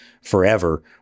forever